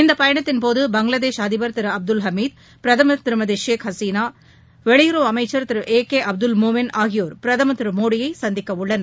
இந்த பயணத்தின்போது பங்களாதேஷ் அதிபர் திரு அப்துல் ஹமீத் பிரதமர் திருமதி ஷேக் ஹசீனா வெளியுறவு அமைச்சர் திரு ஏ கே அப்துல் மோமன் ஆகியோர் பிரதமர் திரு மோடியை சந்திக்கவுள்ளனர்